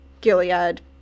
Gilead